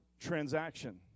transaction